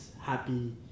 happy